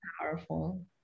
powerful